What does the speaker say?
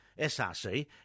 SRC